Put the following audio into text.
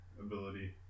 ability